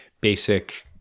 basic